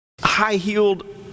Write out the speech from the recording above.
high-heeled